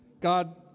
God